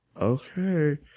Okay